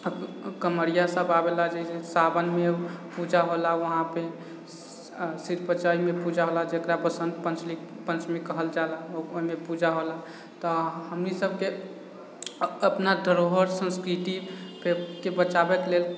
कमरियासब आबैला जइसे सावनमे पूजा होला वहाँपर शिव पञ्चाहरिमे पूजा होला जकरा बसन्त पञ्चमी कहल जाइला ओहिमे पूजा होला तऽ हमनीसबके अपना धरोहर संस्कृतिके बचाबैके लेल